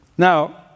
Now